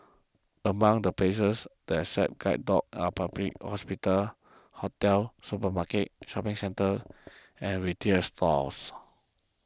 among the places that accept guide dogs are public hospitals hotels supermarkets shopping centres and retail stores